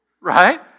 right